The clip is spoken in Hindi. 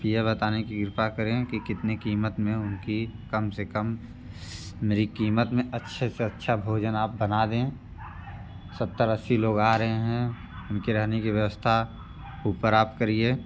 आप यह बताने कि कृपा करें कि कितने कीमत में उनकी कम से कम मेरी कीमत में अच्छे से अच्छा भोजन आप बना दें सत्तर अस्सी लोग आ रहे हैं उनके रहने कि व्यवस्था ऊपर आप करिए